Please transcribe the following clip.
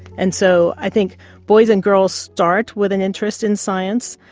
and so i think boys and girls start with an interest in science,